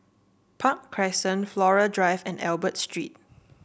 Park Crescent Flora Drive and Albert Street